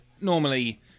Normally